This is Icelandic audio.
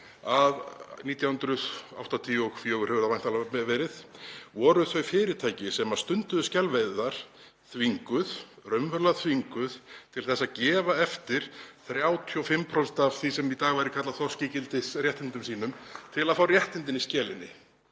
að 1984, hefur það væntanlega verið, voru þau fyrirtæki sem stunduðu skelveiðar þvinguð, raunverulega þvinguð, til að gefa eftir 35% af því sem í dag væru kallað þorskígildisréttindi þeirra, til að fá réttindin í skelinni.